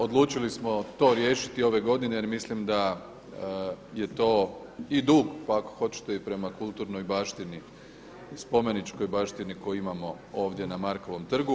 Odlučili smo to riješiti ove godine jer mislim da je to i dug pa ako hoćete i prema kulturnoj baštini, i spomeničkoj baštinu koju imamo ovdje na Markovom trgu.